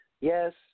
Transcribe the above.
Yes